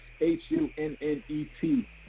H-U-N-N-E-T